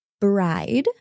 Bride